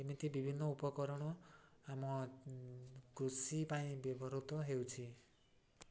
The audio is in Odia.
ଏମିତି ବିଭିନ୍ନ ଉପକରଣ ଆମ କୃଷି ପାଇଁ ବ୍ୟବହୃତ ହେଉଛି